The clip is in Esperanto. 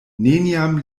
neniam